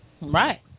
Right